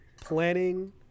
planning